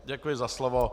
Děkuji za slovo.